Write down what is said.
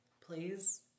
please